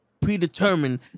predetermined